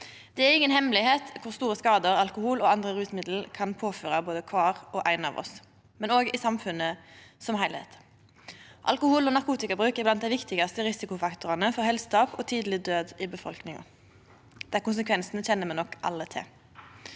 Det er inga hemmelegheit kor store skadar alkohol og andre rusmiddel kan påføra kvar og ein av oss, men òg samfunnet som heilskap. Alkohol- og narkotikabruk er blant dei viktigaste risikofaktorane for helsetap og tidleg død i befolkninga. Dei konsekvensane kjenner me nok alle til.